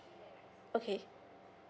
okay